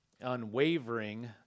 unwavering